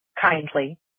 kindly